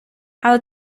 але